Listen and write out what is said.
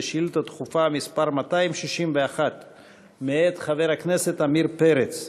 שאילתה דחופה מס' 261 מאת חבר הכנסת עמיר פרץ.